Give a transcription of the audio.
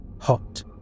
hot